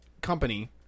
Company